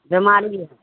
बीमारी नहि है